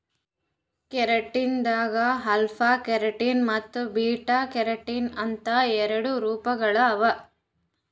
keratin ದಾಗ್ alpha keratin ಮತ್ತ್ beta keratin ಅಂತ್ ಎರಡು ರೂಪಗೊಳ್ ಅವಾ